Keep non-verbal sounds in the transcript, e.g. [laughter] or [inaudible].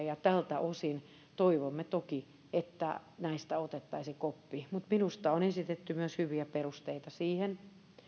[unintelligible] ja tältä osin toivomme toki että näistä otettaisiin koppi mutta minusta on esitetty myös hyviä perusteita siihen